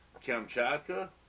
Kamchatka